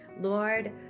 Lord